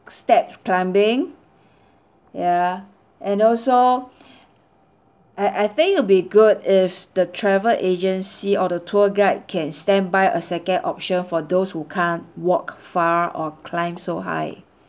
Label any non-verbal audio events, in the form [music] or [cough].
steps climbing ya and also [breath] I I think it'll be good if the travel agency or the tour guide can stand by a second option for those who can't walk far or climb so high